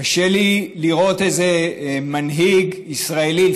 קשה לי לראות איזה מנהיג ישראלי,